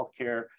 healthcare